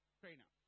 trainer